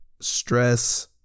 stress